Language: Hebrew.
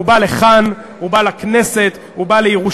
הוא בא לכאן, הוא בא לכנסת, הוא בא לירושלים,